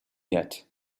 yet